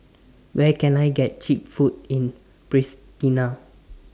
Where Can I get Cheap Food in Pristina